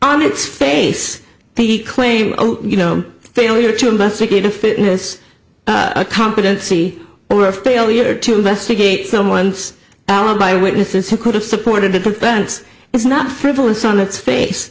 on its face the claim you know failure to investigate a fitness competency or failure to investigate someone's alibi witnesses who could have supported the defense is not frivolous on its face